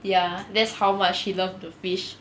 ya that's how much he loved the fish